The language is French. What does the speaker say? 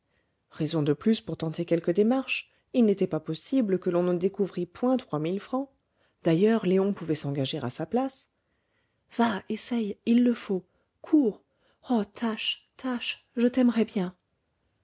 raison de plus pour tenter quelque démarche il n'était pas possible que l'on ne découvrît point trois mille francs d'ailleurs léon pouvait s'engager à sa place va essaye il le faut cours oh tâche tâche je t'aimerai bien